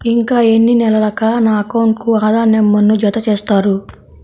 ఇంకా ఎన్ని నెలలక నా అకౌంట్కు ఆధార్ నంబర్ను జత చేస్తారు?